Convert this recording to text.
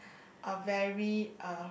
a very uh